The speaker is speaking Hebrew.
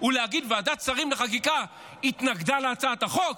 הוא שוועדת שרים לחקיקה התנגדה להצעת החוק,